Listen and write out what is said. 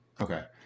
Okay